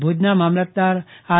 ભુજના મામલતદાર આર